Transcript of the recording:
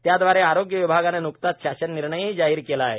त्याद्वारे आरोग्य विभागाने न्कताच शासन निर्णयही जाहीर केला आहे